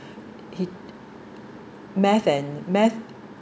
he math and math